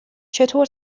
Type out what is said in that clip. چطور